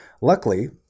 luckily